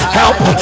help